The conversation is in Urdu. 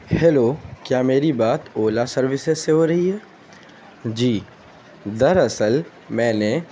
ہیلو کیا میری بات اولا سروسس سے ہو رہی ہے جی دراصل میں نے